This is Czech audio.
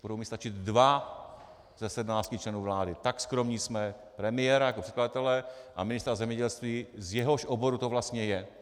Budou mi stačit dva ze sedmnácti členů vlády, tak skromní jsme premiér jako předkladatel a ministr zemědělství, z jehož oboru to vlastně je.